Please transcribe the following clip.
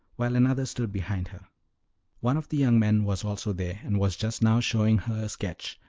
while another stood behind her one of the young men was also there, and was just now showing her a sketch,